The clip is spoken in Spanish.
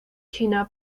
china